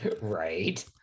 right